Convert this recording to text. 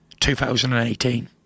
2018